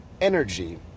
energy